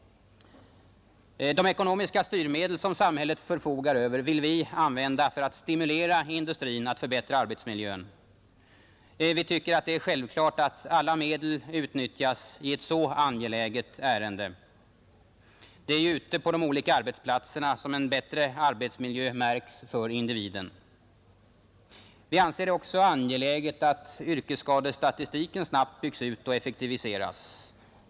De ekonomiska styrmedel som samhället förfogar över vill vi använda för att stimulera industrin att förbättra arbetsmiljön. Vi tycker det är självklart att alla medel utnyttjas i ett så angeläget ärende. Det är ju ute på de olika arbetsplatserna som en bättre arbetsmiljö märks för individen. Vi anser det också vara angeläget att yrkesskadestatistiken snabbt byggs ut och effektiviseras.